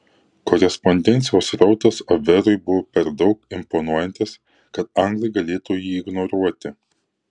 korespondencijos srautas abverui buvo per daug imponuojantis kad anglai galėtų jį ignoruoti